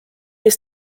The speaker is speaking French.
les